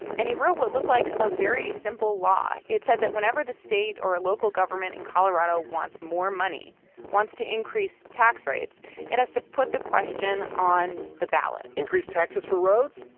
and he wrote what looked like a very simple law. it said that whenever the state or a local government in colorado wants more money wants to increase tax rates it has to put the question on the ballot increase taxes for roads?